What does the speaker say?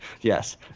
yes